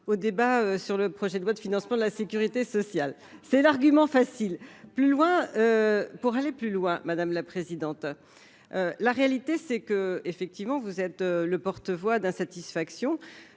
au débat sur le projet de loi de financement de la Sécurité sociale, c'est l'argument facile plus loin pour aller plus loin, madame la présidente, la réalité c'est que, effectivement, vous êtes le porte-voix d'insatisfaction